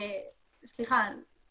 אבל מבחינת נתונים,